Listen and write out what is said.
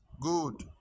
Good